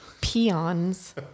peons